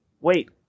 wait